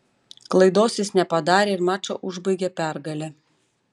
klaidos jis nepadarė ir mačą užbaigė pergale